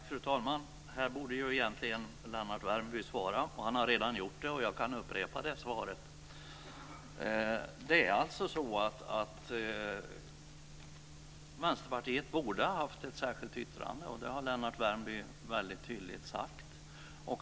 Fru talman! Här borde egentligen Lennart Värmby svara. Han har redan gjort det, och jag kan upprepa svaret: Vänsterpartiet borde ha haft ett särskilt yttrande. Det har Lennart Värmby väldigt tydligt sagt.